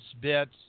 bits